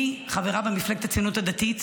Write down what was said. אני חברה במפלגת הציונות הדתית,